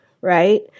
right